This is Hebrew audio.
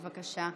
בבקשה.